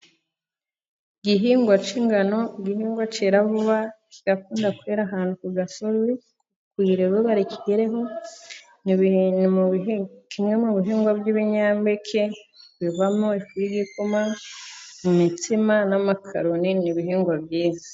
Igihingwa cy'ingano igihingwa cyera vuba kigakunda kwera ahantu ku gasozi kugira izuba rikigereho kimwe mu bihingwa by'ibinyampeke bivamo ifu y'igikoma, imitsima n'amakaroni ni ibihingwa byiza.